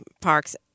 Parks